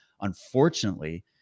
unfortunately